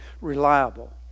reliable